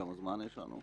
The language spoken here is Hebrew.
כמה זמן יש לנו?